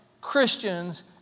Christians